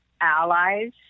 allies